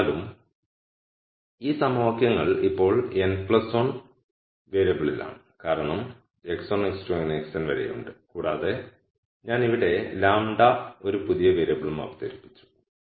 എന്നിരുന്നാലും ഈ സമവാക്യങ്ങൾ ഇപ്പോൾ n 1 വേരിയബിളിലാണ് കാരണം x1 x2 xn വരെയുണ്ട് കൂടാതെ ഞാൻ ഇവിടെ λ ഒരു പുതിയ വേരിയബിളും അവതരിപ്പിച്ചു